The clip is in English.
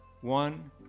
one